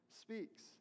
speaks